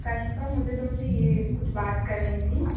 काशिफ़ा मुझे तुम से ये कुछ बात करनी थी